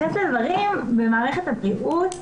במערכת הבריאות,